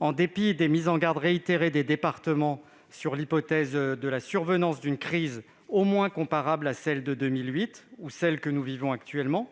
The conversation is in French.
En dépit des mises en garde réitérées des départements sur l'hypothèse de la survenance d'une crise au moins comparable à celle de 2008 ou de l'ampleur de celle que nous vivons actuellement,